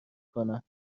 کنند